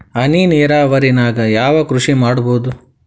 ಹನಿ ನೇರಾವರಿ ನಾಗ್ ಯಾವ್ ಕೃಷಿ ಮಾಡ್ಬೋದು?